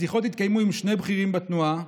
השיחות התקיימו עם שני בכירים בתנועה.